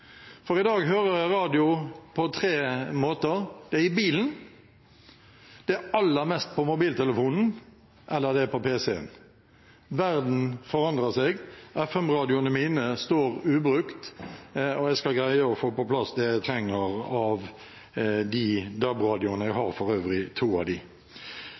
for i dag hører jeg radio på tre måter: Det er i bilen, det er aller mest på mobiltelefonen, eller det er på PC-en. Verden forandrer seg. FM-radioene mine står ubrukt, og jeg skal greie å få på plass det jeg trenger av DAB-radioer. Jeg har for øvrig to av